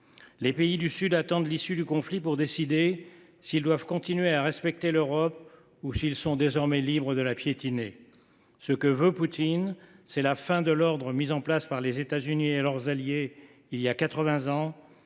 Les pays du Sud attendent l’issue du conflit pour décider s’ils doivent continuer à respecter l’Europe ou s’ils sont désormais libres de la piétiner. Ce que veut Poutine, c’est la fin de l’ordre mis en place par les États Unis et leurs alliés il y a quatre